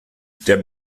der